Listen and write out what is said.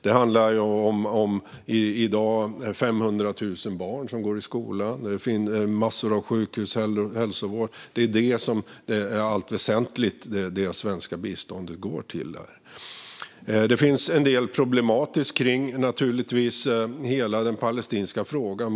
Det handlar i dag om 500 000 barn som går i skola och om massor av sjukhus och hälsovård. Det är i allt väsentligt det som det svenska biståndet går till. Det finns naturligtvis en del som är problematiskt i hela den palestinska frågan.